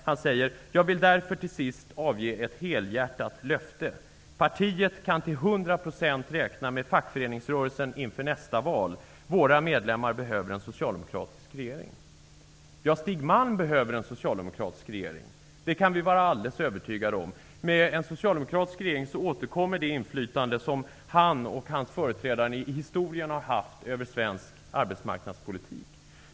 Han säger: ''Jag vill därför till sist avge ett helhjärtat löfte. Partiet kan till 100 procent räkna med fackföreningsrörelsen inför nästa val. Våra medlemmar behöver en socialdemokratisk regering.'' Ja, Stig Malm behöver en socialdemokratisk regering. Det kan vi vara alldeles övertygade om. Med en socialdemokratisk regering återkommer det inflytande som han och hans företrädare i historien har haft över svensk arbetsmarknadspolitik.